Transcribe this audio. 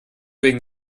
wegen